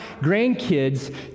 grandkids